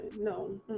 No